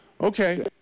Okay